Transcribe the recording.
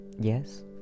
Yes